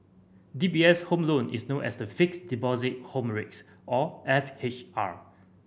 D B S Home Loan is known as the Fixed Deposit Home Rates or F H R